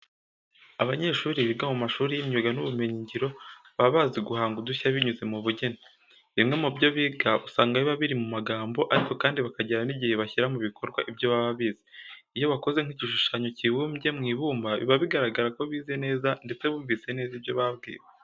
Abanyeshuri biga mu mashuri y'imyuga n'ubumenyingiro baba bazi guhanga udushya binyuze mu bugeni. Bimwe mu byo biga usanga biba biri mu magambo ariko kandi bakagira n'igihe bashyira mu bikorwa ibyo baba bize. Iyo bakoze nk'igishushanyo kibumbye mu ibumba biba bigaragaza ko bize neza ndetse bumvise neza ibyo babwiwe.